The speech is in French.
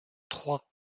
trois